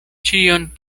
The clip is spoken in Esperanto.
ĉion